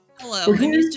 Hello